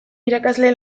irakasle